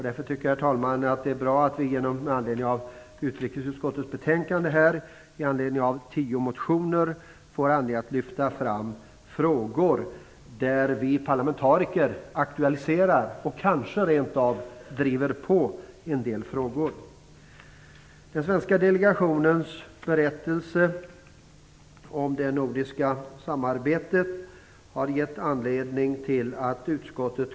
Därför, herr talman, tycker jag att det är bra att vi med anledning av utrikesutskottets betänkande om ett tiotal motioner får tillfälle att lyfta fram frågor där vi parlamentariker aktualiserar och kanske rent av driver på. Den svenska delegationens berättelse om det nordiska samarbetet har gett anledning till kommentarer från utskottet.